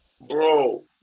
Bro